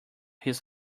his